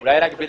תגיד,